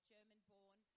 German-born